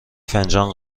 فنجان